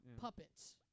Puppets